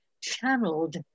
channeled